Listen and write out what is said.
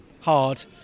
hard